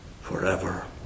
forever